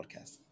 Podcast